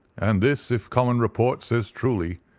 and this, if common report says truly,